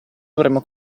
dovremmo